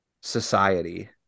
society